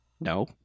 No